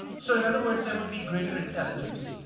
so, in other words, there would be greater intelligence.